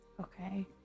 Okay